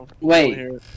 Wait